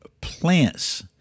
plants